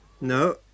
No